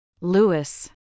Lewis